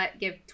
give